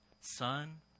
son